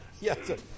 Yes